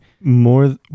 more